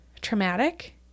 traumatic